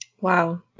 wow